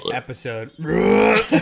episode